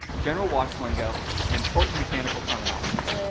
general watch lingo and important mechanical terminology.